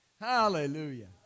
Hallelujah